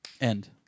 End